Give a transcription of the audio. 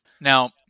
now